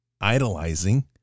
idolizing